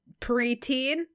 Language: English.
preteen